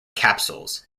capsules